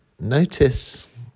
notice